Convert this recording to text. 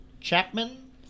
Chapman